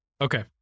Okay